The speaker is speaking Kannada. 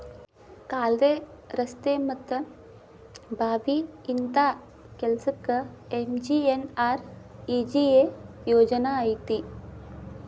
ಕಾಲ್ವೆ, ರಸ್ತೆ ಮತ್ತ ಬಾವಿ ಇಂತ ಕೆಲ್ಸಕ್ಕ ಎಂ.ಜಿ.ಎನ್.ಆರ್.ಇ.ಜಿ.ಎ ಯೋಜನಾ ಐತಿ